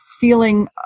feeling